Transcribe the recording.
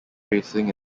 racing